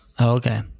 Okay